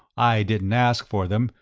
i didn't ask for them,